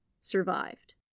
survived